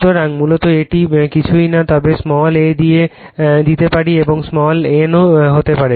সুতরাং মূলত এটি কিছুই নয় তবে স্মল a দিতে পারি এবং স্মল nও হতে পারে